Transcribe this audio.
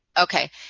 Okay